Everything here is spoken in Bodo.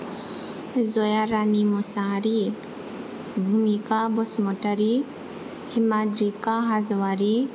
जया रानि मुसाहारि भुमिखा बसुमतारी हिमाद्रिखा हाज'वारि